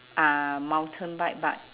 ah mountain bike but